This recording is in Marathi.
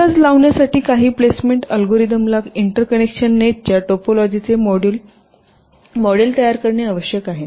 अंदाज लावण्यासाठी काही प्लेसमेंट अल्गोरिदम ला इंटरकनेक्शन नेटच्या टोपोलॉजीचे मॉडेल तयार करणे आवश्यक आहे